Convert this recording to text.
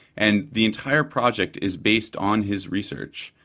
and the entire project is based on his research.